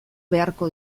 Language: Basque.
beharko